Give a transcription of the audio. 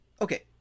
okay